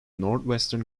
northwestern